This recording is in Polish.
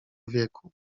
wieku